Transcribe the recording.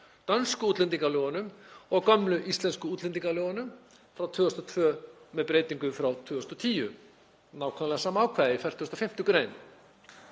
dönsku útlendingalögunum og gömlu íslensku útlendingalögunum frá 2002 með breytingum frá 2010, nákvæmlega sama ákvæði í 45. gr.